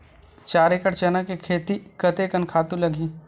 चार एकड़ चना के खेती कतेकन खातु लगही?